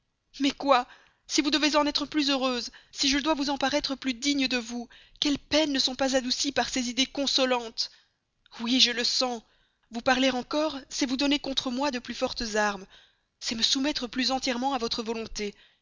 mais quoi si vous devez en être plus heureuse si je dois vous en paraître plus digne de vous quelles peines ne sont pas adoucies par ces idées consolantes oui je le sens vous parler encore c'est vous donner contre moi de plus fortes armes c'est me soumettre plus entièrement à votre volonté